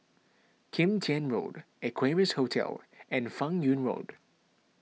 Kim Tian Road Equarius Hotel and Fan Yoong Road